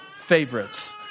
favorites